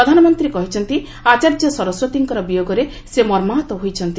ପ୍ରଧାନମନ୍ତ୍ରୀ କହିଛନ୍ତି ଆଚାର୍ଯ୍ୟ ସରସ୍ୱତୀଙ୍କର ବିୟୋଗରେ ସେ ମର୍ମାହତ ହୋଇଛନ୍ତି